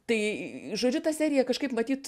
tai žodžiu ta serija kažkaip matyt